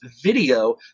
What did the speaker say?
video